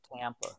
tampa